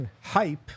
hype